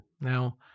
Now